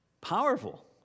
Powerful